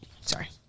Sorry